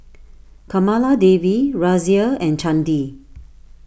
Kamaladevi Razia and Chandi